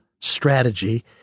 strategy